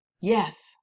Yes